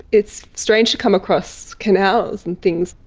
it's strange to come across canals and things.